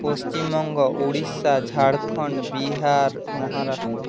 Paschimbanga Orissa Jharkhand Bihar Maharashtra